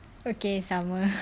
okay sama